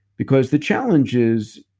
because the challenge is.